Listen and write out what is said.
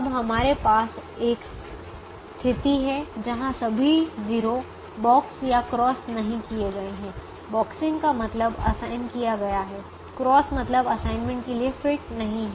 अब हमारे पास एक स्थिति है जहां सभी 0 बॉक्स या क्रॉस नहीं किए गए हैं बॉक्सिंग का मतलब असाइन किया गया है क्रॉस मतलब असाइनमेंट के लिए फिट नहीं है